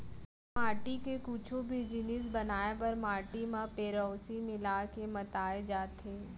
माटी के कुछु भी जिनिस बनाए बर माटी म पेरौंसी मिला के मताए जाथे